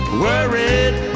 worried